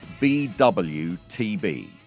BWTB